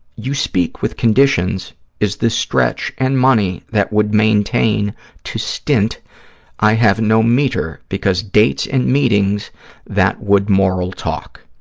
you speak with conditions is the stretch and money that would maintain to stint i have no meter because dates and meetings that would moral talk.